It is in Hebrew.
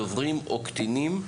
דוברים או קטינים.